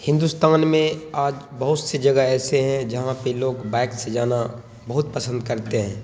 ہندوستان میں آج بہت سے جگہ ایسے ہیں جہاں پہ لوگ بائک سے جانا بہت پسند کرتے ہیں